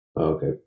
Okay